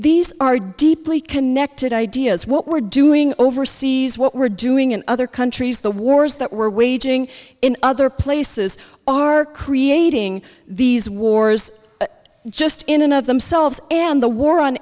these are deeply connected ideas what we're doing overseas what we're doing in other countries the wars that we're waging in other places are creating these wars just in another themselves and the war on